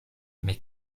mais